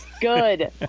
Good